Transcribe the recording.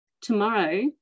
tomorrow